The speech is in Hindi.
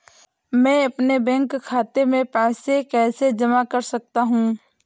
मैं अपने बैंक खाते में पैसे कैसे जमा कर सकता हूँ?